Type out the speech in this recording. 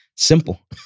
Simple